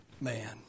man